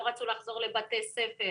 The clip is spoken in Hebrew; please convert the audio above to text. לא רצו לחזור לבתי הספר.